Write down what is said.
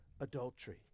adultery